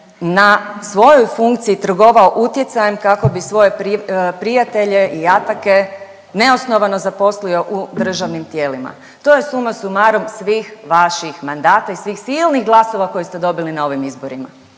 na svojoj funkciji trgovao utjecajem kako bi svoje prijatelje i jatake neosnovano zaposlio u državnim tijelima. To je suma sumarum svih vaših mandata i svih silnih glasova koje ste dobili na ovim izborima.